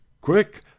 Quick